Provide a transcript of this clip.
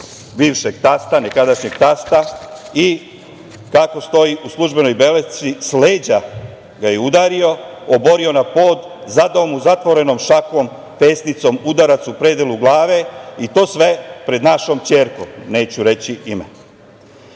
bivšeg tasta, nekadašnjeg tasta i kako stoji u službenoj belešci, s leđa ga je udario, oborio na pod, zadao mu zatvorenom šakom, pesnicom udarac u predelu glave i to sve pred našom ćerkom. Neću reći